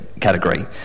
category